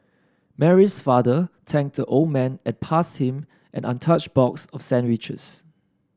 Mary's father thanked the old man and passed him an untouched box of sandwiches